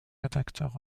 rédacteur